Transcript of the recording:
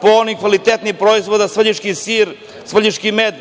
po onim kvalitetnim proizvodima - svrljiški sir, svrljiški med,